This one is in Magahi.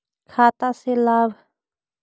खाता से लाभ?